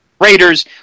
raiders